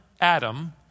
Adam